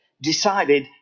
decided